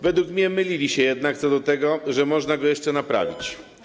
Według mnie mylili się jednak co do tego, że można go jeszcze naprawić.